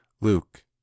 Luke